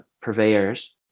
purveyors